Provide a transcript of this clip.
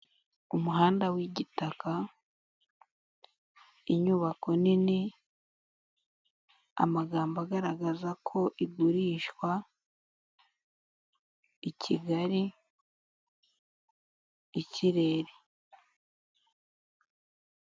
Umuhanda w'igitaka, inyubako nini, amagambo agaragaza ko igurishwa, i Kigali, ikirere.